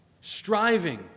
striving